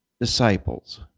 disciples